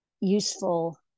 useful